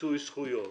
מיצוי זכויות,